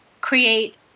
create